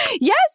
Yes